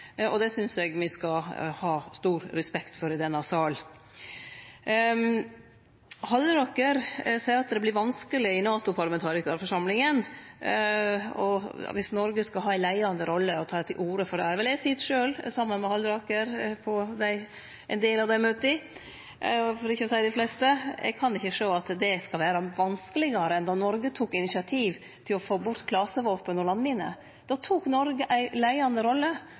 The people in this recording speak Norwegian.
Det synest eg me skal ha stor respekt for i denne sal. Halleraker seier at det vert vanskeleg i NATO-parlamentarikarforsamlinga dersom Noreg skal ha ei leiande rolle og ta til orde for dette. Vel, eg sit sjølv saman med Halleraker på ein del av dei møta, for ikkje å seie dei fleste. Eg kan ikkje sjå at det skal vere vanskelegare enn då Noreg tok initiativ til å få bort klasevåpen og landminer. Då tok Noreg ei leiande rolle.